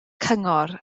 cyngor